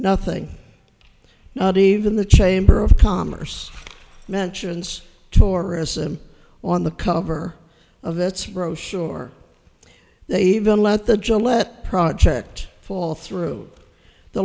nothing not even the chamber of commerce mentions tourism on the cover i'll its brochure they even let the job let project fall through the